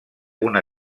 una